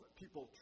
people